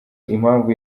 impamvu